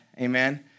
amen